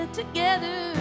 together